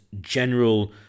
general